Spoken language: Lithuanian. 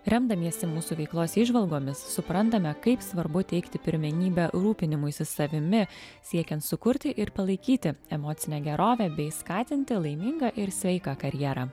remdamiesi mūsų veiklos įžvalgomis suprantame kaip svarbu teikti pirmenybę rūpinimuisi savimi siekiant sukurti ir palaikyti emocinę gerovę bei skatinti laimingą ir sveiką karjerą